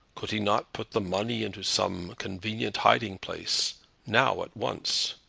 could he not put the money into some convenient hiding-place now at once?